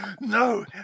no